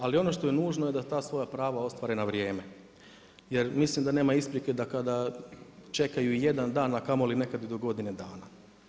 Ali ono što je nužno da ta svoja prava ostvare na vrijeme jer mislim da nema isprike da kada čekaju jedan dan a kamoli nekad i do godine dana.